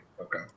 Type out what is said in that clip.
Okay